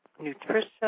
nutrition